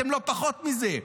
אתם לא פחות מזה.